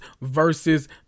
versus